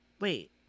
Wait